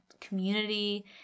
community